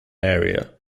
area